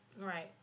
Right